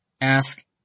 Ask